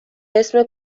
اسم